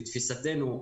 לתפיסתנו,